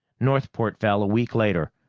northport fell a week later,